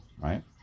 right